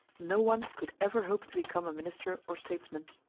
no one could ever hope to become a minister or statesman.